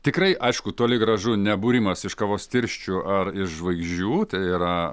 tikrai aišku toli gražu ne būrimas iš kavos tirščių ar iš žvaigždžių tai yra